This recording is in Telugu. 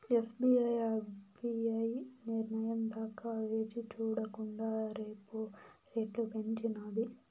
ఎస్.బి.ఐ ఆర్బీఐ నిర్నయం దాకా వేచిచూడకండా రెపో రెట్లు పెంచినాది